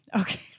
Okay